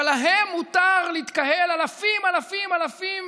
אבל להם מותר להתקהל אלפים אלפים אלפים,